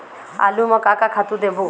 आलू म का का खातू देबो?